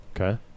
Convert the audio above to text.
Okay